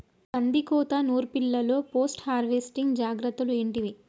కందికోత నుర్పిల్లలో post harvesting జాగ్రత్తలు ఏంటివి?